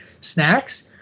snacks